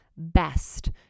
best